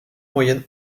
moyenne